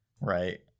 right